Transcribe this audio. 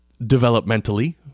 developmentally